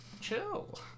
chill